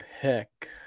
pick